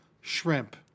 Shrimp